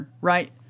right